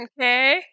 okay